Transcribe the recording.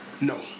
No